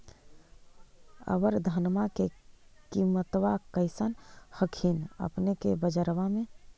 अबर धानमा के किमत्बा कैसन हखिन अपने के बजरबा में?